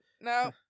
no